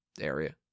area